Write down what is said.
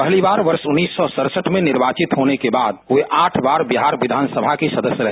पहली बार वर्ष उन्नीस सौ सडसठ में निर्वाचित होने के बाद वे आठ बार बिहार विधान सभा के सदस्य रहे